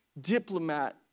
diplomat